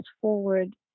forward